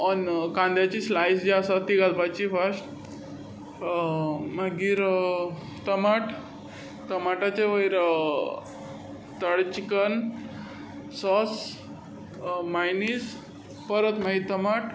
वा कांद्याचे स्लायस जे आसा ती घालपाची फास्ट मागीर टमाट टमाटाच्या वयर थोडें चिकन सॉस मायनीज परत मागी टमाट